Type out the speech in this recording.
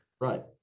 Right